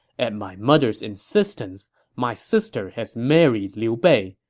at my mother's insistence, my sister has married liu bei.